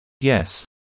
Yes